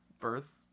birth